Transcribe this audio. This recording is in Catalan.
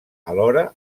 alhora